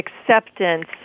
acceptance